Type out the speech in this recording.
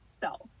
self